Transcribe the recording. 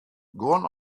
guon